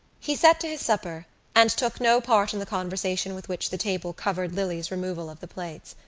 he set to his supper and took no part in the conversation with which the table covered lily's removal of the plates.